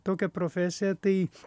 tokią profesiją tai